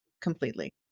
completely